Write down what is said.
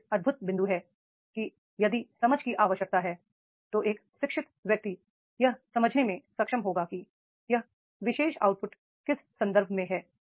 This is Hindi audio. यह एक अद्भुत बिंदु है कि यदि समझ की आवश्यकता है तो एक शिक्षित व्यक्ति यह समझने में सक्षम होगा कि यह विशेष आउटपुट किस संदर्भ में है